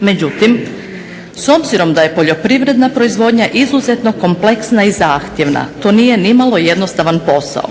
međutim s obzirom da je poljoprivredna proizvodnja izuzetno kompleksna i zahtjevna to nije nimalo jednostavan posao.